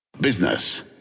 Business